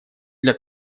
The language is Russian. для